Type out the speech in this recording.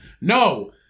No